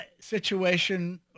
situation